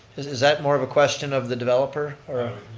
is is that more of a question of the developer or